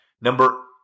Number